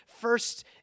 first